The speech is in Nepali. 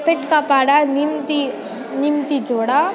पेट्कापाडा निम्ति निम्तिझोडा